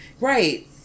Right